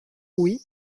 oui